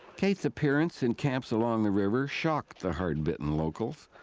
kate's appearance in camps along the river shocked the hard-bitten locals.